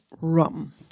rum